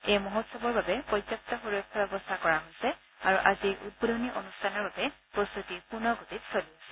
এই মহোৎসৱৰ বাবে পৰ্যাপ্ত সুৰক্ষা ব্যৱস্থা কৰা হৈছে আৰু আজিৰ উদ্বোধনী অনুষ্ঠানৰ বাবে প্ৰস্ততি পূৰ্ণ গতিত চলি আছে